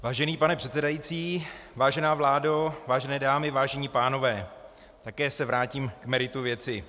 Vážený pane předsedající, vážená vládo, vážené dámy, vážení pánové, také se vrátím k meritu věci.